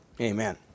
Amen